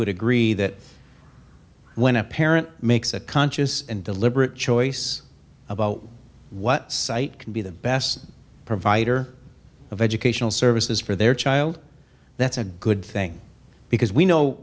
would agree that when a parent makes a conscious and deliberate choice about what site can be the best provider of educational services for their child that's a good thing because we know